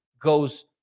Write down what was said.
goes